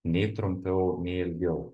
nei trumpiau nei ilgiau